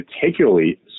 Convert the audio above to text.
particularly